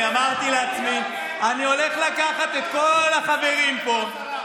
אני אמרתי לעצמי: אני הולך לקחת את כל החברים פה,